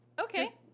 Okay